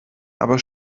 aber